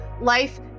life